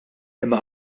imma